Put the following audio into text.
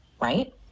right